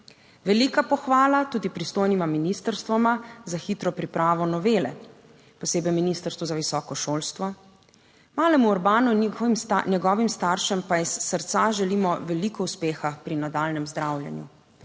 Velika pohvala tudi pristojnima ministrstvoma za hitro pripravo novele, posebej Ministrstvu za visoko šolstvo. Malemu Urbanu, njegovim staršem pa iz srca želimo veliko uspeha pri nadaljnjem zdravljenju.